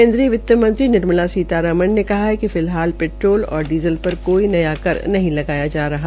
केन्द्रीय वित्तमंत्री निर्मला सीतारमण ने कहा है कि फिलहाल पैट्रोल और डीज़ल पर कोई नया कर नहीं लगाया जा रहा